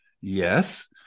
Yes